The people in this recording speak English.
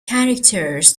characters